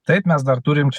taip mes dar turim